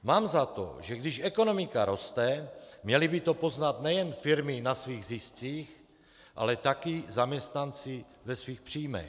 Mám za to, že když ekonomika roste, měly by to poznat nejen firmy na svých ziscích, ale taky zaměstnanci ve svých příjmech.